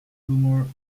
tumor